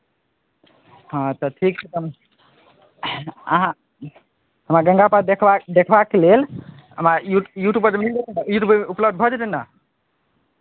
हँ तऽ ठीक छै तऽ हम अहाँ हमरा गंगा पार देखबा देखबाक लेल हमरा यूट्यू यूट्यूबपर मिल यूट्यूबपर उपलब्ध भऽ जेतै ने